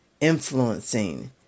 influencing